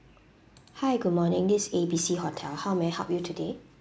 hi good morning this is A B C hotel how may I help you today